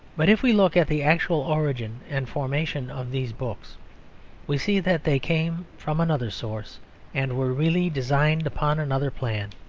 but if we look at the actual origin and formation of these books we see that they came from another source and were really designed upon another plan.